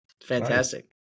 Fantastic